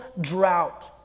drought